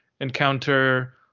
encounter